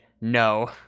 no